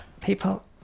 people